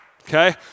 Okay